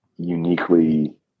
uniquely